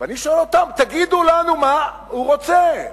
ואני שואל אותם: תגידו לנו מה הוא רוצה.